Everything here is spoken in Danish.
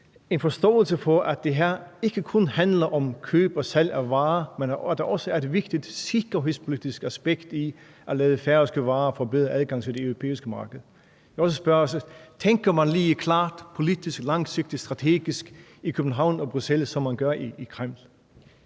en forståelse for, at det her ikke kun handler om køb og salg af varer, men at der også er et vigtigt sikkerhedspolitisk aspekt i at lade færøske varer få bedre adgang til det europæiske marked? Jeg vil også spørge: Tænker man lige så klart politisk langsigtet og strategisk i København og Bruxelles, som man gør i Kreml?